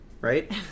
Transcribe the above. Right